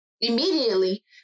immediately